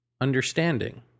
understanding